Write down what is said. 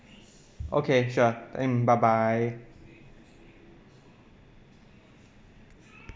okay sure mm bye bye